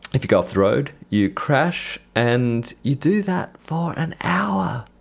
if you go off the road, you crash. and you do that for an hour.